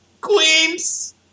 Queens